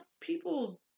people